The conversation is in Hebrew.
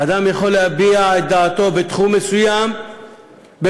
אדם יכול להביע את דעתו בתחום מסוים במסגרת